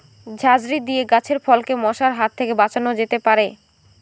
ঝাঁঝরি দিয়ে গাছের ফলকে মশার হাত থেকে বাঁচানো যেতে পারে?